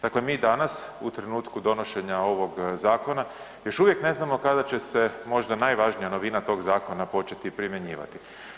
Dakle, mi danas u trenutku donošenja ovog zakona još uvijek ne znamo kada će se možda najvažnija novina tog zakona početi primjenjivati.